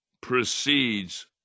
precedes